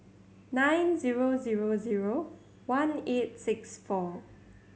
nine zero zero zero one eight six four